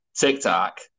TikTok